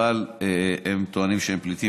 אבל הם טוענים שהם פליטים,